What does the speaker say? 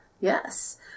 Yes